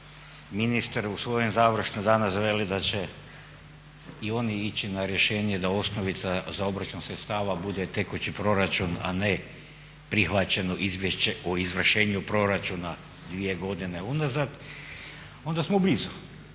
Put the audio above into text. ministar u svojem završnom … veli da će i oni ići na rješenje da osnovica za obračun sredstava bude tekući proračun, a ne prihvaćeno izvješće o izvršenju proračuna dvije godine unazad, onda smo blizu.